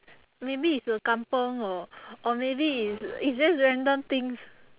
maybe it's a kampung or or maybe it's it's just random things